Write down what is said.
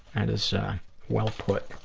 and is well put.